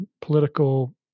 political